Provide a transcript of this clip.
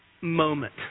moment